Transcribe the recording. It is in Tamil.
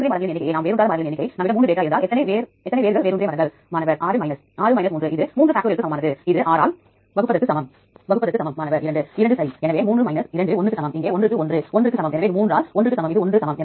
நீங்கள் இங்கே IDகளை கொடுத்து இங்கே PDB ஐ தேர்வு செய்யலாம் எனவே நீங்கள் முதல் ID க்கு நான்கு PDBகள் மற்றும் இரண்டாவது ID க்கு மூன்று PDBகள் இருப்பதை இங்கே காணலாம்